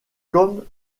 comme